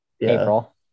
April